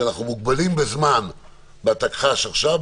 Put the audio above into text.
שאנחנו מוגבלים בזמן בתקש"ח עכשיו,